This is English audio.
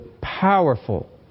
powerful